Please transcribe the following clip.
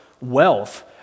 wealth